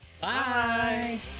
bye